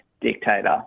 dictator